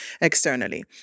externally